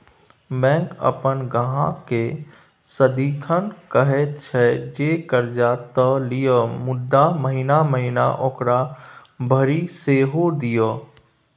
bank अपन ग्राहककेँ सदिखन कहैत छै जे कर्जा त लिअ मुदा महिना महिना ओकरा भरि सेहो दिअ